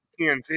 TNT